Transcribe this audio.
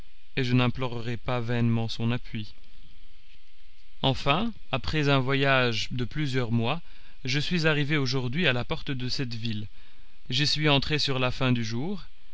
et je n'implorerai pas vainement son appui enfin après un voyage de plusieurs mois je suis arrivé aujourd'hui à la porte de cette ville j'y suis entré sur la fin du jour